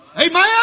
Amen